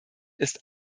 ist